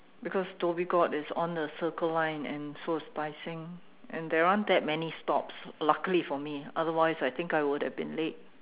because Dhoby Ghaut is on the circle line and so is Tai Seng and there aren't that many stops luckily for me otherwise I think I would have been late